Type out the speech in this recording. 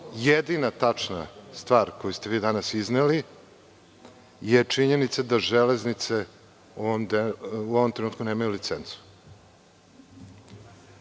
jedina tačna stvar koju ste vi danas izneli je činjenica da „Železnice“ u ovom trenutku nemaju licencu.(Dušan